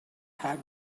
had